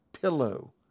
pillow